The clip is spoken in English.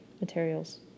materials